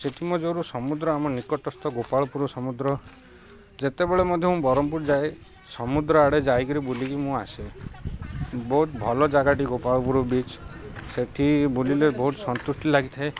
ସେଥିିମଧ୍ୟରୁ ସମୁଦ୍ର ଆମ ନିକଟସ୍ଥ ଗୋପାଳପରୁ ସମୁଦ୍ର ଯେତେବେଳେ ମଧ୍ୟ ମୁଁ ବରହମପୁର ଯାଏ ସମୁଦ୍ର ଆଡ଼େ ଯାଇକିରି ବୁଲିକି ମୁଁ ଆସେ ବହୁତ ଭଲ ଜାଗାଟି ଗୋପାଳପୁର ବିଚ୍ ସେଠି ବୁଲିଲେ ବହୁତ ସନ୍ତୁଷ୍ଟି ଲାଗିଥାଏ